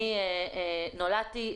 אני נולדתי,